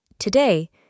Today